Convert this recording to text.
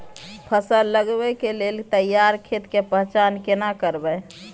फसल लगबै के लेल तैयार खेत के पहचान केना करबै?